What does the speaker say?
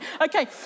Okay